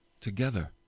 together